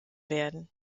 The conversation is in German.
werden